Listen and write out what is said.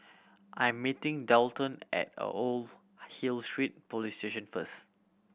I am meeting Daulton at Old Hill Street Police Station first